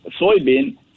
soybean